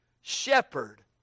shepherd